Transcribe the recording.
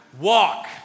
walk